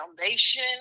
foundation